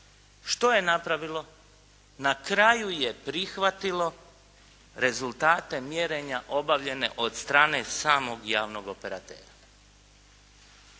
Što je napravilo? Na kraju je prihvatilo rezultate mjerenja obavljene od strane samog javnog operatera.